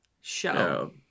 show